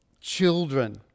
children